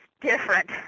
different